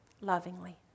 lovingly